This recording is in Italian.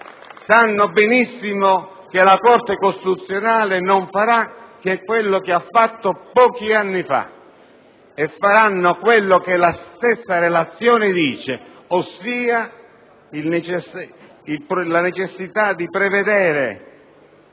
sanno benissimo che la Corte costituzionale non farà altro che quello che ha fatto pochi anni fa e che la stessa relazione dice, ossia ribadire la necessità di prevedere